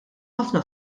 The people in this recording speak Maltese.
ħafna